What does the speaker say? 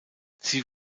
sie